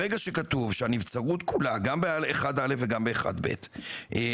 ברגע שכתוב גם ב- 1 (א) וגם ב- 1(ב) ,